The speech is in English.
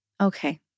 Okay